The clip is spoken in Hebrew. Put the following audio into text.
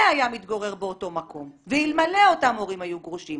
היה מתגורר באותו מקום ואלמלא אותם הורים היו גרושים,